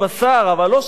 אבל לא שובר את העצם.